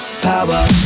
power